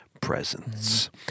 presence